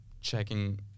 checking